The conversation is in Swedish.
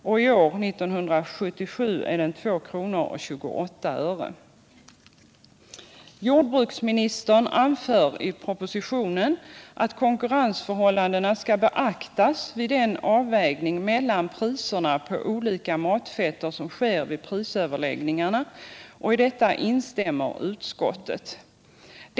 och i år, 1977, är den 2:28 kr. Jordbruksministern anför i propositionen att konkurrensförhållandena skall beaktas vid den avvägning mellan priserna på olika matfetter som sker vid prisöverläggningarna, och i detta instämmer utskottet.